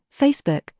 Facebook